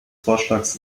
vorschlags